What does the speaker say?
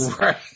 Right